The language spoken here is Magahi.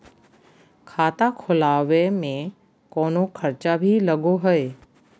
खाता खोलावे में कौनो खर्चा भी लगो है?